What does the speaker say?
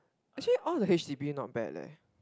actually all the H_D_B not bad leh